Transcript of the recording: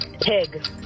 Pig